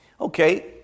Okay